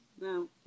No